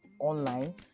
online